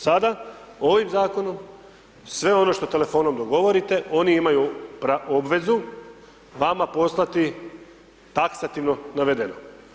Sada, ovim zakonom, sve ono što telefonom dogovorite, oni imaju obvezu vama poslati taksativno navedeno.